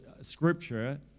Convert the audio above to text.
scripture